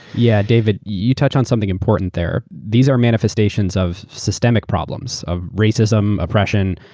yeah david, you touched on something important there, these are manifestations of systemic problems of racism, oppression,